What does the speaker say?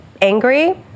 angry